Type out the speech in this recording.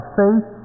faith